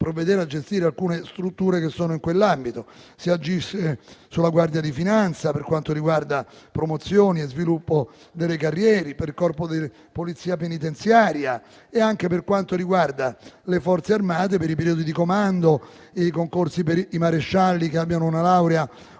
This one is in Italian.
provvedere a gestire alcune strutture in quell'ambito. Si agisce sulla Guardia di finanza, per quanto riguarda promozioni e sviluppo delle carriere; per il Corpo di polizia penitenziaria e, per quanto riguarda le Forze armate anche per i periodi di comando e i concorsi per i marescialli che abbiano una laurea